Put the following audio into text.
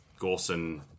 Golson